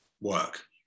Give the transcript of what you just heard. work